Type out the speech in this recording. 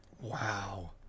Wow